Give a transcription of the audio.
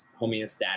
homeostatic